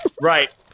Right